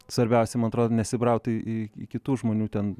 svarbiausia man atrodo nesibrauti į į kitų žmonių ten